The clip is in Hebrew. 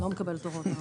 לא מקבלת הוראות מהאוצר,